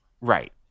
Right